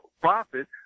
profit